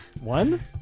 One